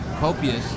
copious